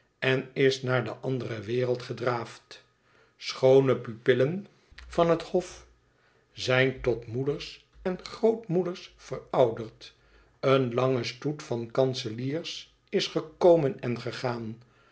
en is naar de andere wereld gedraafd schoone pupillen van het hof zijn tot moeders en grootmoeders verouderd een lange stoet van kanseliers is gekomen en gegaan